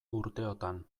urteotan